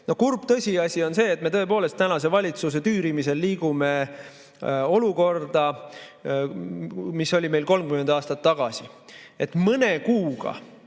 Kurb tõsiasi on see, et me tõepoolest tänase valitsuse tüürimisel liigume olukorda, mis oli meil 30 aastat tagasi. Mõne kuuga